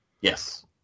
Yes